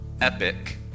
epic